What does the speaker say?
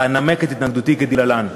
ואנמק את התנגדותי כדלהלן.